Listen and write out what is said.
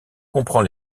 comprend